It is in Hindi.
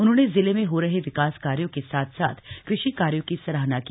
उन्होंने जिले में हो रहे विकास कार्यों के साथ साथ कृषि कार्यो की सराहना की